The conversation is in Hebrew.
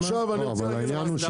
עכשיו, אני רוצה להגיד שאחד